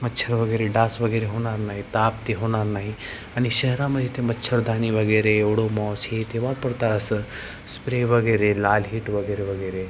मच्छर वगैरे डास वगैरे होणार नाहीत ताप ते होणार नाही आणि शहरामध्ये ते मच्छरदाणी वगैरे ओडोमॉ छ हे ते वापरतात असं स्प्रे वगैरे लाल हिट वगैरे वगैरे